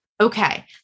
okay